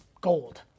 gold